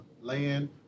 land